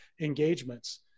engagements